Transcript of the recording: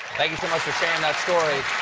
thank you so much for sharing that story.